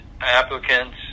applicants